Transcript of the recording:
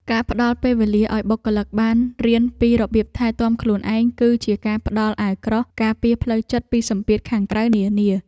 ការផ្ដល់ពេលវេលាឱ្យបុគ្គលិកបានរៀនពីរបៀបថែទាំខ្លួនឯង គឺជាការផ្ដល់អាវក្រោះការពារផ្លូវចិត្តពីសម្ពាធខាងក្រៅនានា។